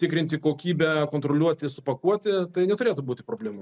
tikrinti kokybę kontroliuoti supakuoti tai neturėtų būti problemų